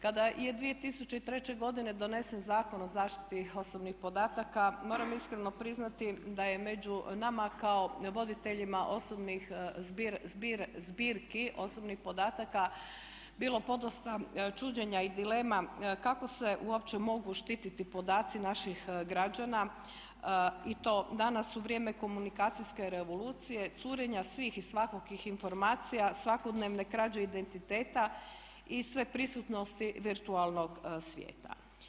Kada je 2003. godine donesen Zakon o zaštiti osobnih podataka moram iskreno priznati da je među nama kao voditeljima osobnih zbirki osobnih podataka bilo podosta čuđenja i dilema kako se uopće mogu štititi podaci naših građana i to danas u vrijeme komunikacijske revolucije, curenja svih i svakakvih informacija, svakodnevne krađe identiteta i sveprisutnosti virtualnog svijeta.